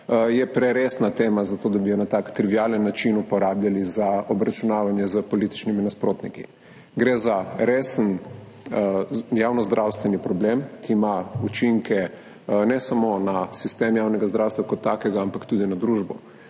preresna tema za to, da bi jo na tak trivialen način uporabljali za obračunavanje s političnimi nasprotniki. Gre za resen javnozdravstveni problem, ki ima učinke ne samo na sistem javnega zdravstva kot takega, ampak tudi na družbo.